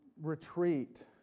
retreat